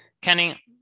Kenny